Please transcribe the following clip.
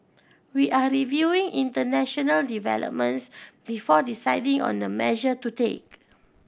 we are reviewing international developments before deciding on the measure to take